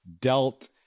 dealt